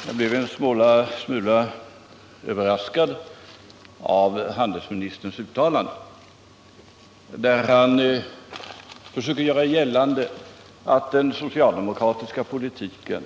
Herr talman! Jag blev en smula överraskad av handelsministerns uttalande. Han försöker göra gällande att resultatet av den socialdemokratiska politiken